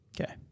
Okay